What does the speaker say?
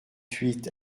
huit